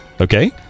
Okay